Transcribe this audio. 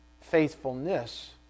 faithfulness